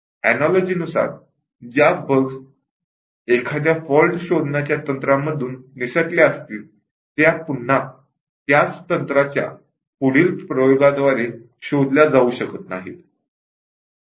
analogy नुसार ज्या bugs एखाद्या फॉल्ट डिटेक्शन टेक्निक्स मधून निसटल्या असतील त्या पुन्हा त्याच टेक्निक्स च्या पुढील प्रयोगाद्वारे शोधल्या जाऊ शकत नाहीत